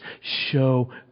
show